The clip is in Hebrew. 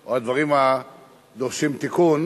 או הדברים הדורשים תיקון,